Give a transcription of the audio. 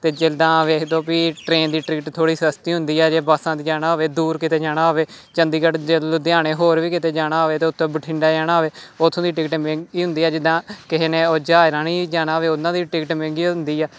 ਅਤੇ ਜਿੱਦਾਂ ਵੇਖ ਦੋ ਵੀ ਟ੍ਰੇਨ ਦੀ ਟਿਕਟ ਥੋੜ੍ਹੀ ਸਸਤੀ ਹੁੰਦੀ ਹੈ ਜੇ ਬੱਸਾਂ 'ਤੇ ਜਾਣਾ ਹੋਵੇ ਦੂਰ ਕਿਤੇ ਜਾਣਾ ਹੋਵੇ ਚੰਡੀਗੜ੍ਹ ਜਦੋਂ ਲੁਧਿਆਣੇ ਹੋਰ ਵੀ ਕਿਤੇ ਜਾਣਾ ਹੋਵੇ ਤਾਂ ਉੱਥੋਂ ਬਠਿੰਡਾ ਜਾਣਾ ਹੋਵੇ ਉੱਥੋਂ ਦੀ ਟਿਕਟ ਮਹਿੰਗੀ ਹੁੰਦੀ ਆ ਜਿੱਦਾਂ ਕਿਸੇ ਨੇ ਉਹ ਜਹਾਜ਼ ਰਾਹੀਂ ਜਾਣਾ ਹੋਵੇ ਉਹਨਾਂ ਦੀ ਟਿਕਟ ਮਹਿੰਗੀ ਹੁੰਦੀ ਆ